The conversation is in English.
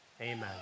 Amen